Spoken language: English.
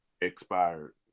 expired